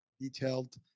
detailed